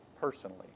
personally